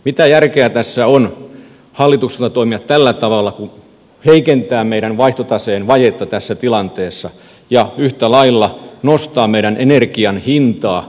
mitä järkeä tässä on hallitukselta toimia tällä tavalla heikentää meidän vaihtotaseen vajetta tässä tilanteessa ja yhtä lailla nostaa meidän energian hintaa